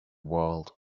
world